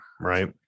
right